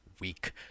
week